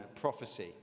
prophecy